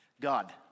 God